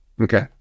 Okay